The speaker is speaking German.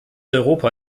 europa